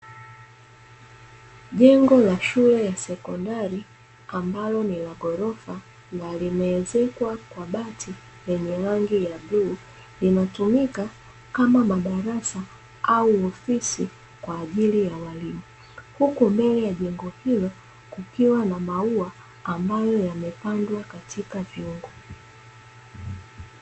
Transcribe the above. Jengo la shule ya sekondari ambalo ni la ghorofa, na limeezekwa kwa bati lenye rangi ya bluu, linatumika kama madarasa au ofisi kwa ajili ya walimu. Huku mbele ya jengo hilo kukiwa na maua ambayo yamepandwa katika vyungu.